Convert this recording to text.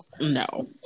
no